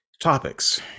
topics